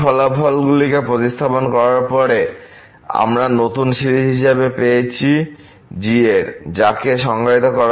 এই ফলাফলগুলি প্রতিস্থাপন করার পরে আমরা এটিকে নতুন সিরিজ হিসাবে পেয়ে যাচ্ছি g এর যাকে সংজ্ঞায়িত করা হয়েছে